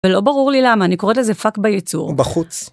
ולא ברור לי למה, אני קוראת לזה פאק בייצור. או בחוץ.